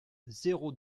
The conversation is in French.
zéro